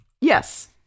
Yes